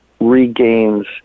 regains